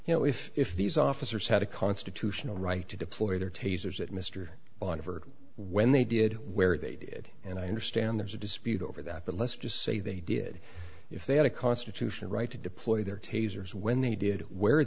you know if if these officers had a constitutional right to deploy their tasers that mr on of or when they did where they did and i understand there's a dispute over that but let's just say they did if they had a constitutional right to deploy their tasers when they did where